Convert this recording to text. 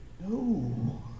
No